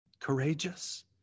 courageous